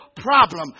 problem